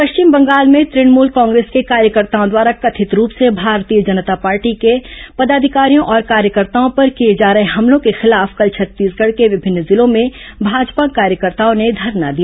पश्चिम बंगाल में तृणमूल कांग्रेस के कार्यकर्ताओं द्वारा कथित रूप से भारतीय जनता पार्टी के पदाधिकारियों और कार्यकताओं पर किए जा रहे हमलों के खिलाफ कल छत्तीसगढ़ के विभिन्न जिलों में भाजपा कार्यकर्ताओं ने धरना दिया